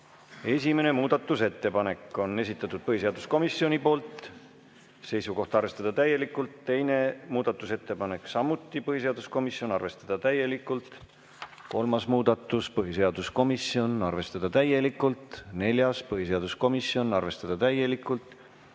Esimese muudatusettepaneku on esitanud põhiseaduskomisjon, seisukoht on arvestada täielikult. Teine muudatusettepanek, samuti põhiseaduskomisjonilt, arvestada täielikult. Kolmas muudatus, põhiseaduskomisjonilt, arvestada täielikult. Neljas, põhiseaduskomisjonilt, arvestada täielikult.